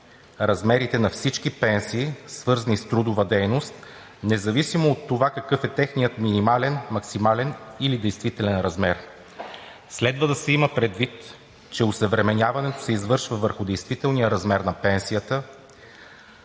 размерите на всички пенсии, свързани с трудова дейност, независимо от това какъв е техният минимален, максимален или действителен размер. Следва да се има предвид, че осъвременяването се извършва върху действителния размер на пенсията,